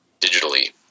digitally